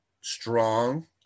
strong